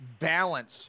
balance